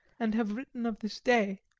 and have written of this day.